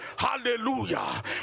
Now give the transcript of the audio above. Hallelujah